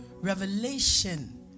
revelation